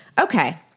okay